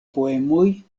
poemoj